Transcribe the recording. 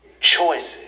choices